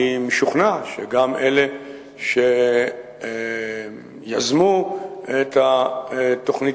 אני משוכנע שגם אלה שיזמו את התוכנית